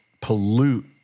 pollute